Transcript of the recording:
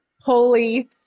holy